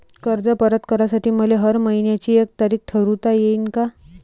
कर्ज परत करासाठी मले हर मइन्याची एक तारीख ठरुता येईन का?